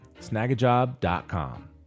Snagajob.com